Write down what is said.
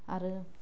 आरो